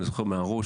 אני זוכר מהראש,